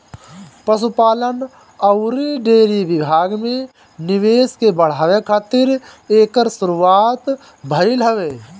पशुपालन अउरी डेयरी विभाग में निवेश के बढ़ावे खातिर एकर शुरुआत भइल हवे